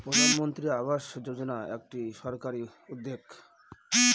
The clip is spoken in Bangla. প্রধানমন্ত্রী আবাস যোজনা একটি সরকারি উদ্যোগ